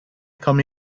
come